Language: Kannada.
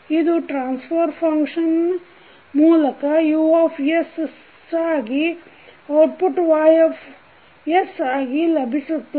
ಇದು ಟ್ರಾನ್ಸಫರ್ ಫಂಕ್ಷನ್ ಮೂಲಕU ಸಾಗಿ ಔಟ್ಪುಟ್Y ಆಗಿ ಲಭಿಸುತ್ತದೆ